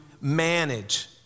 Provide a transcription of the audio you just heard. manage